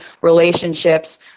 relationships